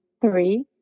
three